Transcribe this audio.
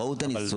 הם ראו את הניסוח.